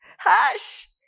Hush